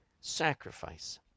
sacrifice